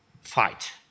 fight